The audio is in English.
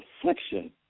affliction